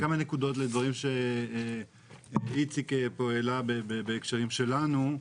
כמה נקודות לגבי דברים שאיציק פה העלה בהקשרים שלנו.